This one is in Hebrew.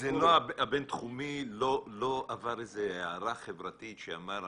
הבינתחומי לא עבר איזו הארה חברתית שאמר,